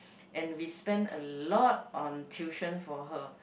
and we spent a lot on tuition for her